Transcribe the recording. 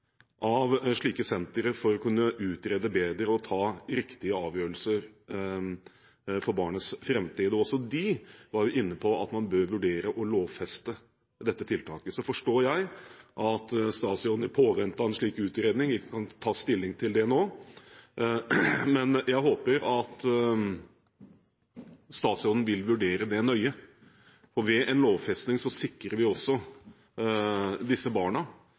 av slike sentre for å kunne utrede bedre og ta riktige avgjørelser for barnets framtid. Også de var inne på at man bør vurdere å lovfeste dette tiltaket. Så forstår jeg at statsråden i påvente av en slik utredning ikke kan ta stilling til det nå, men jeg håper at statsråden vil vurdere det nøye. Ved en lovfesting sikrer vi også disse barna